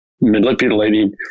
manipulating